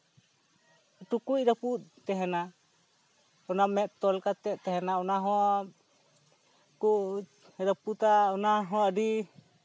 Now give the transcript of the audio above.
ᱴᱩᱠᱩᱡ ᱨᱟᱹᱯᱩᱫ ᱛᱟᱦᱮᱱᱟ ᱚᱱᱟ ᱢᱮᱸᱫ ᱛᱚᱞ ᱠᱟᱛᱮ ᱛᱟᱦᱮᱱᱟ ᱚᱱᱟ ᱦᱚᱸ ᱠᱚ ᱨᱟᱹᱯᱩᱛᱟ ᱚᱱᱟ ᱦᱚᱸ ᱟᱹᱰᱤ